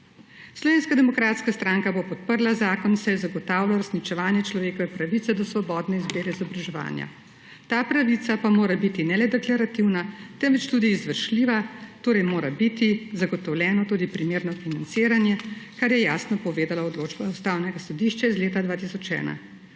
Slovenska demokratska stranka bo podprla zakon, saj zagotavlja uresničevanje človekove pravice do svobodne izbire izobraževanja. Ta pravica pa mora biti ne le deklarativna, temveč tudi izvršljiva, torej mora biti zagotovljeno tudi primerno financiranje, kar je jasno povedala odločba Ustavnega sodišča iz leta 2001.